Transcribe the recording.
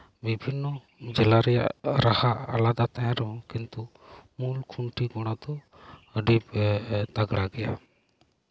ᱵᱤᱵᱷᱤᱱᱱᱚ ᱡᱮᱞᱟ ᱨᱮᱭᱟᱜ ᱨᱟᱦᱟ ᱟᱞᱟᱫᱟ ᱛᱟᱦᱮᱱ ᱨᱮᱦᱚᱸ ᱠᱤᱱᱛᱩ ᱢᱩᱞ ᱠᱷᱩᱱᱴᱤ ᱜᱚᱲᱟ ᱫᱚ ᱟᱹᱰᱤ ᱛᱟᱜᱽᱲᱟ ᱜᱮᱭᱟ